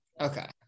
Okay